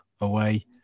away